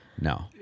No